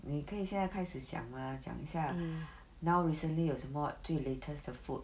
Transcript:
你可以现在开始想 mah 讲一下 now recently 有什么就 latest the food